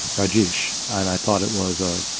rajesh, and i thought it was ah